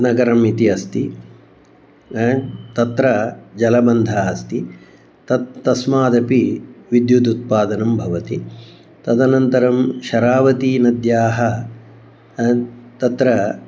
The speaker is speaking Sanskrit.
नगरम् इति अस्ति तत्र जलबन्धः अस्ति तत् तस्मादपि विद्युदुत्पादनं भवति तदनन्तरं शरावतीनद्याः तत्र